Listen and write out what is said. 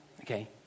okay